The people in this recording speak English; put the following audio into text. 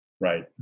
Right